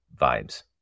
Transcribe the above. vibes